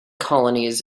colonies